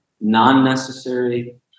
non-necessary